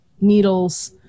needles